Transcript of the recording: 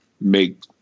make